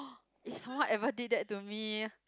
if someone ever did that to me